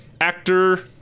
actor